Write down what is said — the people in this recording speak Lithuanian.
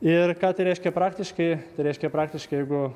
ir ką tai reiškia praktiškai tai reiškia praktiškai jeigu